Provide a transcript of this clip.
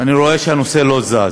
ואני רואה שהנושא לא זז.